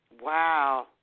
Wow